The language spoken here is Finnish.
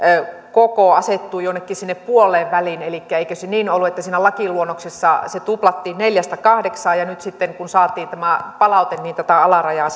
koko asettuu jonnekin sinne puoleenväliin elikkä eikö se niin ollut että siinä lakiluonnoksessa se tuplattiin neljästä kahdeksaan ja nyt sitten kun saatiin tämä palaute tätä alarajaa